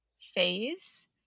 phase